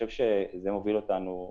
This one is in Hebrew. זה מוביל אותנו,